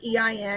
EIN